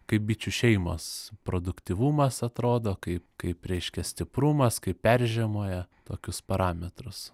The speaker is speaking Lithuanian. kaip bičių šeimos produktyvumas atrodo kaip kaip reiškia stiprumas kaip peržiemoja tokius parametrus